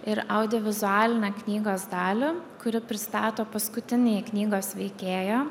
ir audio vizualinę knygos dalį kuri pristato paskutinįjį knygos veikėją